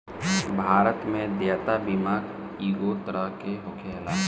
भारत में देयता बीमा कइगो तरह के होखेला